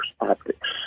optics